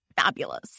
fabulous